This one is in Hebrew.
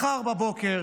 מחר בבוקר